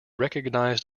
recognized